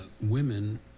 women